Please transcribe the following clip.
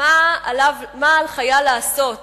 מה על חייל לעשות